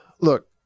look